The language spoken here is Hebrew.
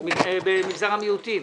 במגזר המיעוטים.